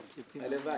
הלוואי.